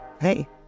hey